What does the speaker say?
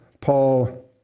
Paul